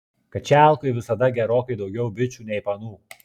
kačialkoj visada gerokai daugiau bičų nei panų